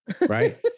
right